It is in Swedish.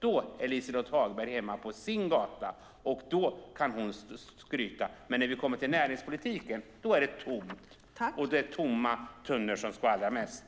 Då är Liselott Hagberg hemma på sin gata, och då kan hon skryta. Men när vi kommer till näringspolitiken är det tomt. Och det är tomma tunnor som skramlar mest.